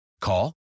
Call